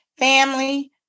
Family